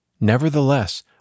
Nevertheless